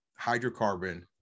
hydrocarbon